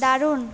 দারুণ